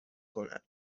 کند